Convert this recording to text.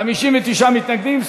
59 מתנגדים.